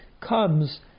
comes